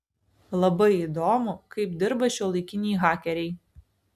labai įdomu kaip dirba šiuolaikiniai hakeriai